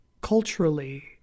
culturally